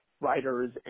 writers